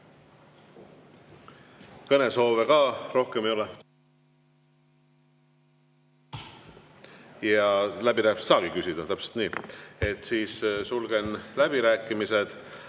Kõnesoove ka rohkem ei ole. Ja läbirääkimistel ei saagi küsida, täpselt nii. Sulgen läbirääkimised.